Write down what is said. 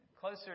closer